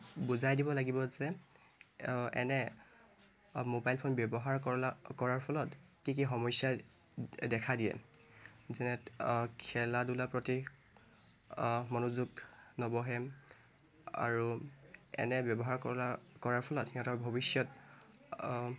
বুজাই দিব লাগিব যে এনে মোবাইল ফোন ব্যৱহাৰ কলা কৰাৰ ফলত কি কি সমস্যাই দেখা দিয়ে যেনে খেলা ধূলাৰ প্ৰতি মনোযোগ নবহে আৰু এনে ব্যৱহাৰ কৰা কৰাৰ ফলত সিহঁতৰ ভৱিষ্যত